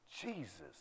Jesus